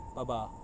ba~ ba~